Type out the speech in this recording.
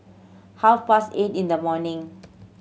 half past eight in the morning